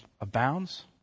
abounds